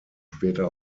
später